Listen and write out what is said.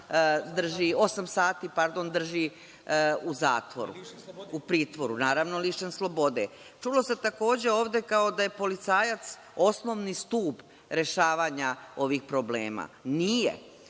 osam sati u zatvoru, u pritvoru. Naravno, lišen slobode. Čulo se, takođe ovde kao da je policajac osnovni stub rešavanja ovih problema. Nije,